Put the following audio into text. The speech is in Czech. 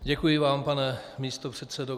Děkuji vám, pane místopředsedo.